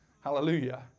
Hallelujah